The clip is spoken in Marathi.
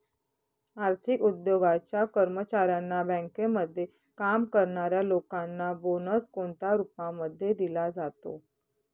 आर्थिक उद्योगाच्या कर्मचाऱ्यांना, बँकेमध्ये काम करणाऱ्या लोकांना बोनस कोणत्या रूपामध्ये दिला जातो?